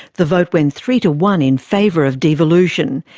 the vote went three to one in favour of devolution,